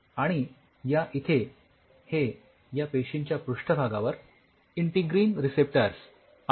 आणि या इथे हे या पेशींच्या पृष्ठभागावर इंटिग्रीन रिसेप्टर्स आहेत